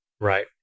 Right